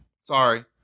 Sorry